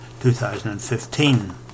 2015